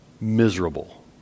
miserable